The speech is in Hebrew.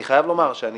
אני חייב לומר שאני